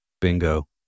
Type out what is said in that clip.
Bingo